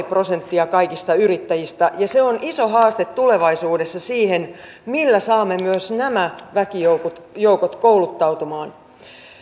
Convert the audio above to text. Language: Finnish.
prosenttia kaikista yrittäjistä ja se on iso haaste tulevaisuudessa siinä millä saamme myös nämä väkijoukot kouluttautumaan